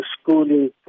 schooling